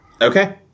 okay